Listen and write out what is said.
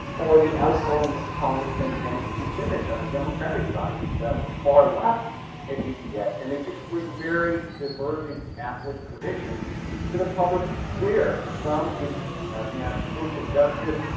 or the outgoing congressman dennis kucinich on the democratic side he's about as far left as you can get. and they just bring very diverging catholic traditions to the public square. for some it's a matter of social justice,